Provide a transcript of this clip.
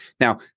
Now